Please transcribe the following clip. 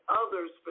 others